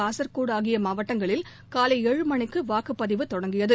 காசர்கோடு ஆகிய மாவட்டங்களில் காலை ஏழு மணிக்கு வாக்குப்பதிவு தொடங்கியது